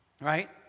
Right